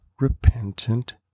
Repentant